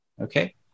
Okay